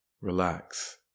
relax